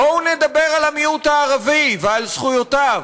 בואו נדבר על המיעוט הערבי ועל זכויותיו.